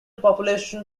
population